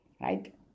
right